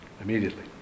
Immediately